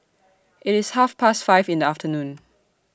IT IS Half Past five in The afternoon